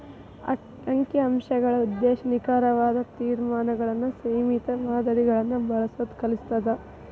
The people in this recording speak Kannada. ಅಂಕಿ ಅಂಶಗಳ ಉದ್ದೇಶ ನಿಖರವಾದ ತೇರ್ಮಾನಗಳನ್ನ ಸೇಮಿತ ಮಾದರಿಗಳನ್ನ ಬಳಸೋದ್ ಕಲಿಸತ್ತ